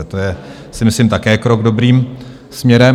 To je, myslím si, také krok dobrým směrem.